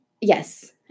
Yes